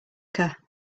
parker